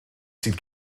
sydd